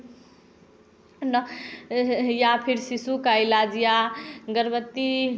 या फिर शिशु का इलाज या गर्भवती